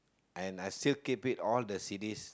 and I still keep it all the C_D